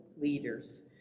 leaders